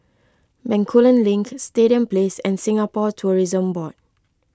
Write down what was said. Bencoolen Link Stadium Place and Singapore Tourism Board